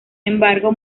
embargo